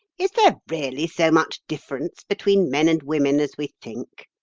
is there really so much difference between men and women as we think?